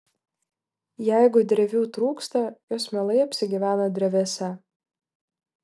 jeigu drevių trūksta jos mielai apsigyvena drevėse